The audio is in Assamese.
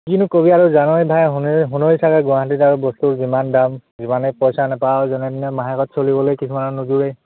কিনো ক'বি আৰু জানই ভাই শুনই চাগে গুৱাহাটীত আৰু বস্তুৰ যিমান দাম যিমানেই পইচা নেপাৱ যেনে তেনে মাহেকত চলিবলৈয়ে কিছুমানৰ নোজোৰেই